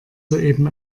soeben